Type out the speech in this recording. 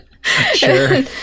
Sure